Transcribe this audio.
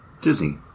Disney